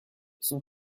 son